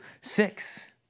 six